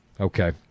Okay